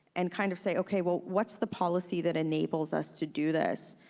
and kind of say, okay, well, what's the policy that enables us to do this,